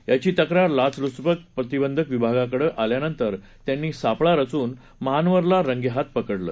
याचीतक्रारलाचल्चपतप्रतिबंधकविभागाकडेआल्यानंतरत्यांनीसापळारचूनमहानवरलारंगेहाथपकडलं